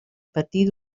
patir